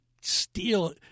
steal –